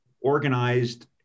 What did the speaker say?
organized